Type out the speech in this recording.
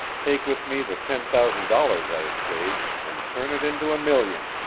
take with me the ten thousand dollars i had saved, and turn it into a million.